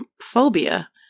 Phobia